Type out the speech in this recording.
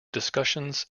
discussions